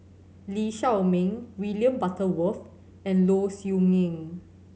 Lee Shao Meng William Butterworth and Low Siew Nghee